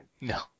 No